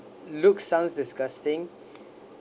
look sounds disgusting